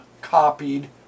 copied